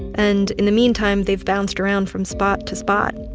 and in the meantime, they've bounced around from spot to spot,